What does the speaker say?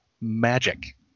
magic